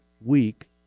week